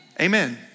Amen